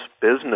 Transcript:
business